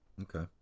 Okay